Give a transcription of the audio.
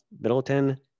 Middleton